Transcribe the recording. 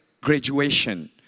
graduation